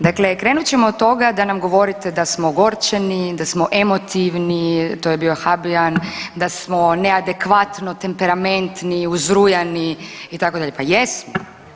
Dakle, krenut ćemo od toga da nam govorite da smo ogorčeni, da smo emotivni, to je bio Habijan, da smo neadekvatno temperamentni, uzrujani, itd., pa jesmo.